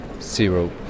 zero